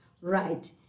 Right